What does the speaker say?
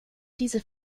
diese